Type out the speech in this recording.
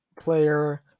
player